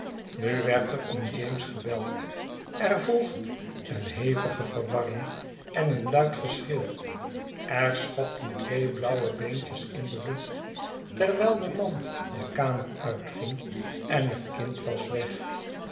nu werd er om james gebeld er volgde een hevige verwarring en een luid geschreeuw er schopten twee blauwe beentjes in de lucht terwijl de man de kamer uitging en het kind was weg